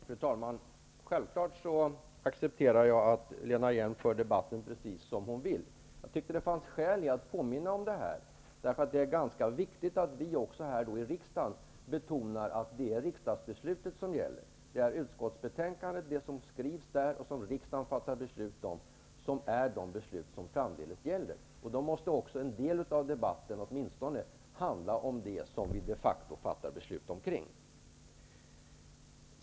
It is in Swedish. Fru talman! Självfallet accepterar jag att Lena Hjelm-Wallén för debatten precis som hon vill. Jag tyckte att det fanns skäl att påminna henne om det här. Det är ganska viktigt att vi i riksdagen betonar att det är riksdagsbeslutet som gäller. Det som skrivs i betänkandet och som riksdagen sedan fattar beslut om är det som framdeles gäller. Då måste åtminstone en del av debatten handla om det som vi de facto fattar beslut om.